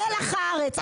הם מלח הארץ.